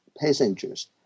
passengers